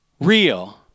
real